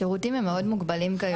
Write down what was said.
השירותים הם מאוד מוגבלים כיום.